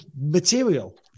material